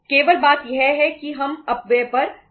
केवल बात यह है कि हम अपव्यय पर बचा सकते हैं